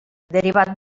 derivat